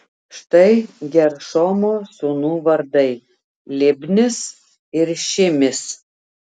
štai geršomo sūnų vardai libnis ir šimis